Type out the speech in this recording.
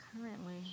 Currently